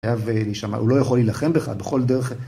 היה ונשמע, הוא לא יכול להלחם בך בכל דרך.